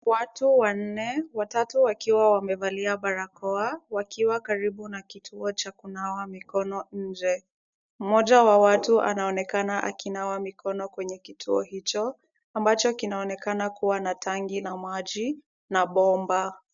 Watu wanne, watatu wakiwa wamevalia barakoa, wakiwa karibu na kituo cha kunawa mikono nje. Mmoja wa watu anaonekana akinawa mikono kwenye kituo hicho, ambacho kinaonekana kuwa tangi la maji na bomba.